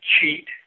cheat